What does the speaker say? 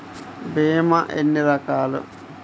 భీమ ఎన్ని రకాలు?